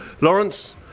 Lawrence